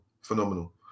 Phenomenal